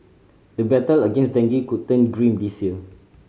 the battle against dengue could turn grim this year